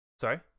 Sorry